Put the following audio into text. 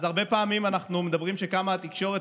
אז הרבה פעמים אנחנו מדברים על כמה שהתקשורת